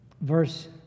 verse